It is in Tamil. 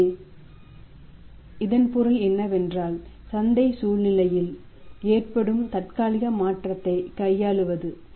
எனவே எனவே இதன் பொருள் என்னவென்றால் சந்தை சூழ்நிலையில் ஏற்படும் தற்காலிக மாற்றத்தை கையாளுவது